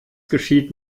geschieht